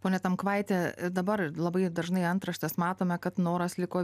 pone tamkvaiti dabar labai dažnai antraštes matome kad noras liko